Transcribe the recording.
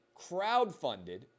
crowdfunded